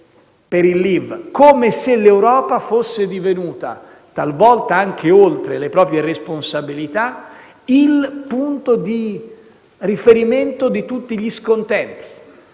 per il *leave*. Come se l'Europa fosse divenuta, talvolta anche oltre le proprie responsabilità, il punto di riferimento di tutti gli scontenti.